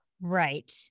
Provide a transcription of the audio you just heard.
Right